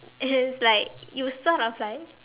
it's like you sort of like